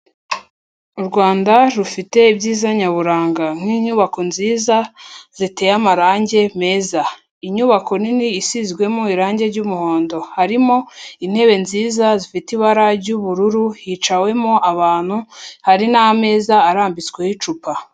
U Rwanda rufite ibyiza nyaburanga nk'inyubako nziza ziteye amarangi meza, inyubako nini isizwemo irange ry'umuhondo, harimo intebe nziza zifite ibara ry'ubururu hiciwemo abantu hari n'ameza arambitsweho icupa.